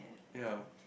ya